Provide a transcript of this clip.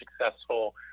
successful